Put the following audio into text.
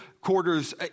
quarters